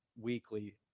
Weekly